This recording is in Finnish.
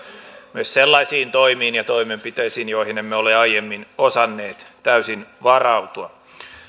myös sellaisiin toimiin ja toimenpiteisiin joihin emme ole aiemmin osanneet täysin varautua